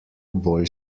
bolj